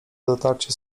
dotarcie